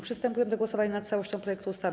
Przystępujemy do głosowania nad całością projektu ustawy.